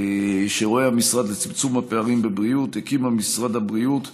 שמשרד הבריאות מייחס לצמצום הפערים בבריאות הוקמה יחידה